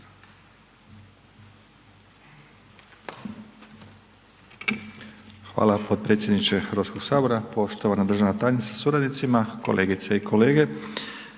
potpredsjedniče Sabora, poštovana državna tajnice sa suradnicom, kolegice i kolege